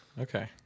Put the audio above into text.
Okay